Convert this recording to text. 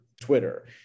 Twitter